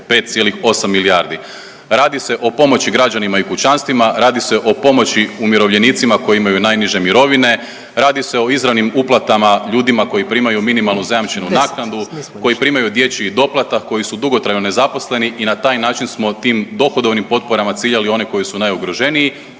5,8 milijardi. Radi se o pomoći građanima i kućanstvima, radi se o pomoći umirovljenicima koji imaju najniže mirovine, radi se o izravnim uplatama ljudima koji primaju minimalnu zajamčenu naknadu, koji primaju dječji doplatak, koji su dugotrajno nezaposleni i na taj način smo tim dohodovnim potporama ciljani one koji su najugroženiji,